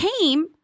came